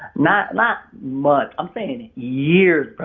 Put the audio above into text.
not not months, i'm saying years, bro.